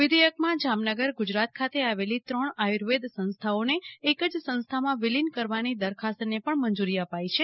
વિઘેચકમાં જામનગર ગુજરાત ખાતે આવેલી ત્રણ આયુર્વેદ સંસ્થાઓને એક જ સંસ્થામાં વિલિન કરવાની દરખાસ્તને પણ મંજૂરી અપાઈ છે